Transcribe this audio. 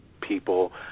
people